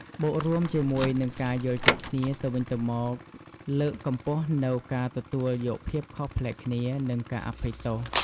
បូករួមជាមួយនិងការយល់ចិត្តគ្នាទៅវិញទៅមកលើកកម្ពស់នូវការទទួលយកភាពខុសប្លែកគ្នា និងការអភ័យទោស។